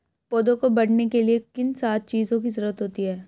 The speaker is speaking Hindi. पौधों को बढ़ने के लिए किन सात चीजों की जरूरत होती है?